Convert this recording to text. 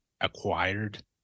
acquired